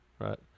right